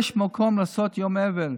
יש מקום לעשות יום אבל.